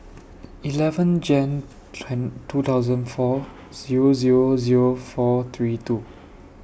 eleven Jan two thousand four Zero Zero Zero four three two